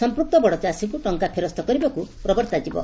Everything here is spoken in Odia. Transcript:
ସମ୍ମୁକ୍ତ ବଡ ଚାଷୀଙ୍କୁ ଫେରସ୍ତ କରିବାକୁ ପ୍ରବର୍ତ୍ତାଯିବ